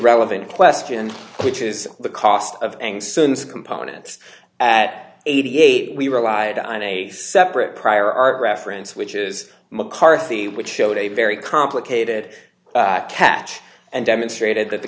relevant question which is the cost of ngs components at eighty eight dollars we relied on a separate prior art reference which is mccarthy which showed a very complicated catch and demonstrated that the